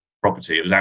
property